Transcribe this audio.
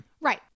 Right